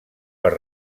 per